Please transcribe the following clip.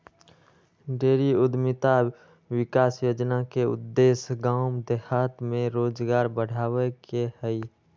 dairy उद्यमिता विकास योजना के उद्देश्य गाम देहात में रोजगार बढ़ाबे के हइ